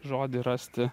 žodį rasti